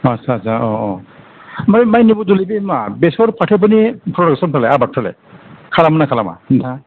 आच्छा आच्छा औ औ ओमफ्राइ माइनि बदलै बियो मा बेसर फाथोफोरनि फ्रदाकसनफ्रालाय आबादफ्रालाय खालामो ना खालामा नोंथाङा